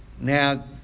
now